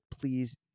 please